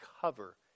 cover